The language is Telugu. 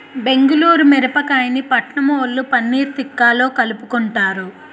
బెంగుళూరు మిరపకాయని పట్నంవొళ్ళు పన్నీర్ తిక్కాలో కలుపుకుంటారు